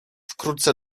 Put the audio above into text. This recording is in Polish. wkrótce